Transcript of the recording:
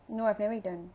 no my family don't